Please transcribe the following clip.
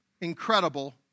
incredible